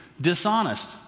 dishonest